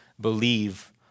believe